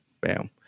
bam